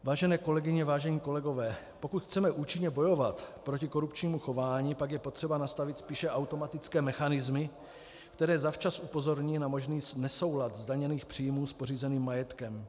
Vážené kolegyně, vážení kolegové, pokud chceme účinně bojovat proti korupčnímu chování, pak je potřeba nastavit spíše automatické mechanismy, které zavčas upozorní na možný nesoulad zdaněných příjmů s pořízeným majetkem.